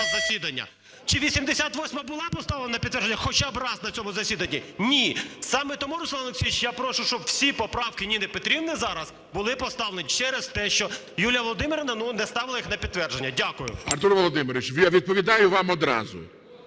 Артур Володимирович, відповідаю вам одразу.